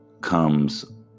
comes